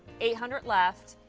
eight hundred left,